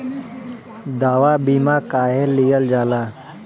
दवा बीमा काहे लियल जाला?